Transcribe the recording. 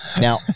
Now